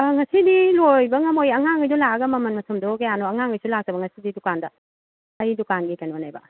ꯉꯥꯁꯤꯗꯤ ꯂꯣꯏꯕ ꯉꯝꯃꯣꯏꯌꯦ ꯑꯉꯥꯡꯈꯩꯗꯣ ꯂꯥꯛꯑꯒ ꯃꯃꯜ ꯃꯊꯨꯝꯗꯣ ꯀꯌꯥꯅꯣ ꯑꯉꯥꯡꯉꯩꯁꯨ ꯂꯥꯛꯇꯕ ꯉꯥꯁꯤꯁꯦ ꯗꯨꯀꯥꯟꯗ ꯑꯩ ꯗꯨꯀꯥꯟꯒꯤ ꯀꯩꯅꯣꯅꯦꯕ